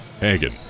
Hagen